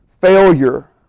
Failure